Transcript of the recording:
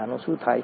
એનું શું થાય